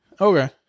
Okay